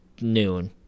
noon